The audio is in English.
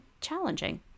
challenging